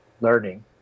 learning